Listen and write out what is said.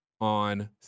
on